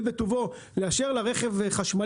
בטובו לאשר לשרת האנרגיה ולמנכ"ל שלה רכב חשמלי,